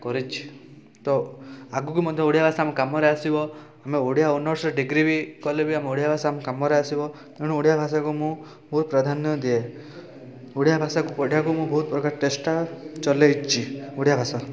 କରିଛି ତ ଆଗକୁ ମଧ୍ୟ ଓଡ଼ିଆ ଭାଷା ଆମ କାମରେ ଆସିବ ଆମେ ଓଡ଼ିଆ ଅନର୍ସରେ ଡିଗ୍ରୀ ବି କଲେ ଆମ ଓଡ଼ିଆ ଭାଷା ଆମ କାମରେ ଆସିବ ତେଣୁ ଓଡ଼ିଆ ଭାଷାକୁ ମୁଁ ବହୁତ ପ୍ରାଧାନ୍ୟ ଦିଏ ଓଡ଼ିଆ ଭାଷାକୁ ପଢ଼ିବାକୁ ମୁଁ ବହୁତପ୍ରକାର ଚେଷ୍ଟା ଚଲେଇଛି ଓଡ଼ିଆ ଭାଷା